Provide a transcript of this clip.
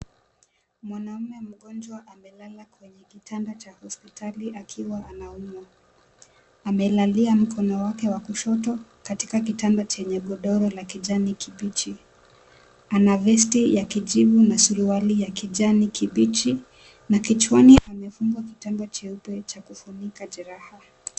Mwanaume mgonjwa amelala kwenye kitanda cha hosipitali akiwa anaumwa. Amelalia mkono wake wa kushoto katika kitanda chenye godoro la kijani kibichi ana vesti ya kijivu na suruali ya kijani kibichi na kichwani amefunga kitamba cheupe ya kufungia katika jeraha.